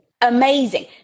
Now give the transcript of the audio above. Amazing